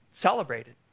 celebrated